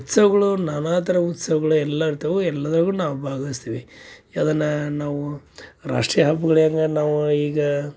ಉತ್ಸವಗಳು ನಾನಾ ಥರ ಉತ್ಸವಗಳು ಎಲ್ಲ ಇರ್ತಾವೆ ಎಲ್ಲದರಾಗೂ ನಾವು ಭಾಗವಹ್ಸ್ತೀವಿ ಯಾವ್ದನ್ನ ನಾವು ರಾಷ್ಟ್ರೀಯ ಹಬ್ಬಗಳು ಯಾವ್ದಾನ ನಾವು ಈಗ